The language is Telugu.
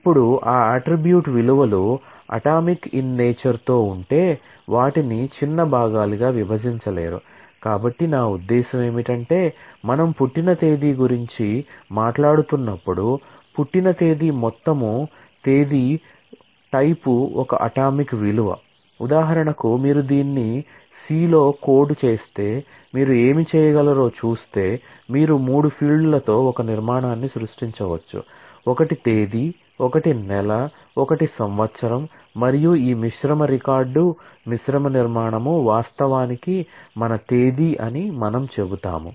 ఇప్పుడు ఈ అట్ట్రిబ్యూట్ విలువలు అటామిక్ ఇన్ నేచర్ లో కోడ్ చేస్తే మీరు ఏమి చేయగలరో చూస్తే మీరు మూడు ఫీల్డ్లతో ఒక నిర్మాణాన్ని సృష్టించవచ్చు ఒకటి తేదీ ఒకటి నెల ఒకటి సంవత్సరం మరియు ఈ మిశ్రమ రికార్డు మిశ్రమ నిర్మాణం వాస్తవానికి మన తేదీ అని మనం చెబుతాము